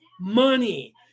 money